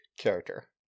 character